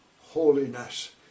holiness